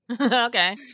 Okay